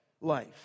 life